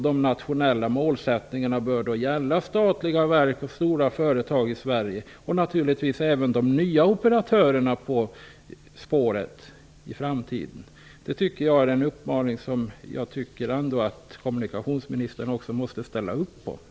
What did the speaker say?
De nationella målen bör då gälla bl.a. för statliga verk och stora företag i Sverige liksom naturligtvis även för de nya spåroperatörerna. Det är en uppmaning som kommunikationsministern måste ställa sig bakom.